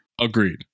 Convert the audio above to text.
Agreed